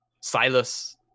Silas